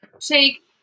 Shake